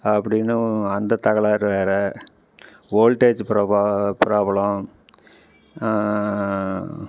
அப்படின்னு அந்த தகராறு வேறு வோல்டேஜ் ப்ரபா ப்ராப்ளம்